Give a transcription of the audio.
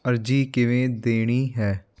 ਅਰਜ਼ੀ ਕਿਵੇਂ ਦੇਣੀ ਹੈ